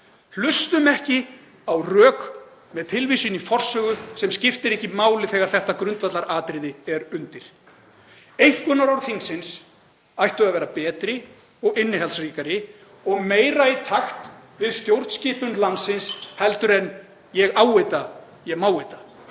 Hlustum ekki á rök með tilvísun í forsögu sem skiptir ekki máli þegar þetta grundvallaratriði er undir. Einkunnarorð þingsins ættu að vera betri og innihaldsríkari og meira í takt við stjórnskipun landsins en: Ég á þetta, ég má þetta.